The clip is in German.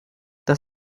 das